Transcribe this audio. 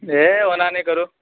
हे ओना नहि करू